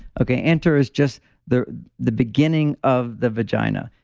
okay, enter is just the the beginning of the vagina.